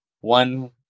one